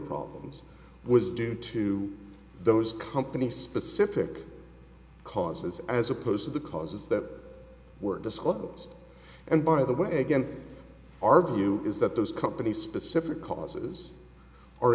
problems was due to those company specific causes as opposed to the causes that were disclosed and by the way again our view is that those company specific causes